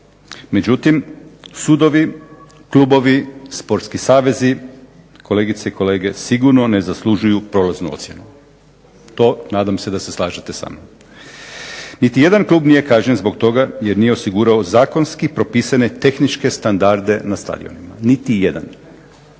Međutim sudovi, klubovi, sportski savezi, kolegice i kolege, sigurno ne zaslužuju prolaznu ocjenu. To nadam se da se slažete samnom. Niti jedan klub nije kažnjen zbog toga jer nije osigurao zakonski propisane tehničke standarde na stadionima. Niti jedan.